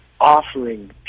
offering